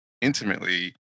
intimately